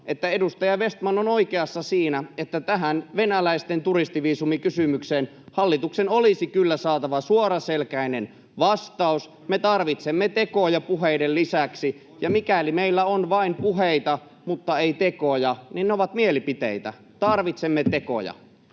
edustaja Vestman on oikeassa siinä, että tähän venäläisten turistiviisumikysymykseen hallituksen olisi kyllä saatava suoraselkäinen vastaus. Me tarvitsemme tekoja puheiden lisäksi, ja mikäli meillä on vain puheita mutta ei tekoja, ne ovat mielipiteitä. Tarvitsemme tekoja.